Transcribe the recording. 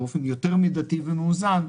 באופן יותר מידתי ומאוזן,